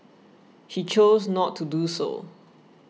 she chose not to do so